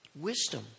Wisdom